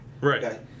Right